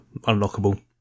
unlockable